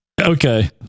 Okay